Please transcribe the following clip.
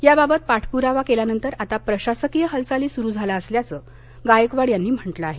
याबाबत पाठपुरावा केल्यानंतर आता प्रशासकीय हालचाली सुरू झाल्या असल्याचं गायकवाड यांनी म्हटलं आहे